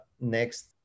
next